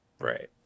Right